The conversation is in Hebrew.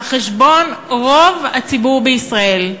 על חשבון רוב הציבור בישראל.